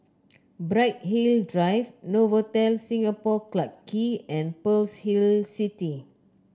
Bright Hill Drive Novotel Singapore Clarke Quay and Pearl's Hill City